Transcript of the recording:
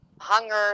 hunger